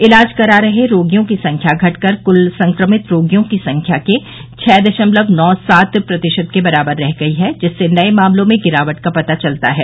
इलाज करा रहे रोगियों की संख्या घटकर क्ल संक्रमित रोगियों की संख्या के छह दशमलव नौ सात प्रतिशत के बराबर रह गई है जिससे नये मामलों में गिरावट का पता चलता है